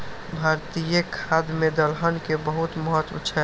भारतीय खाद्य मे दलहन के बहुत महत्व छै